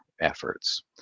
efforts